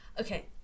Okay